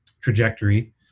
trajectory